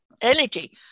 energy